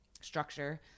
structure